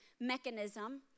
mechanism